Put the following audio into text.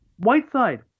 Whiteside